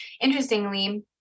interestingly